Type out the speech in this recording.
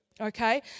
okay